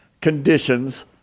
conditions